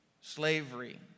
slavery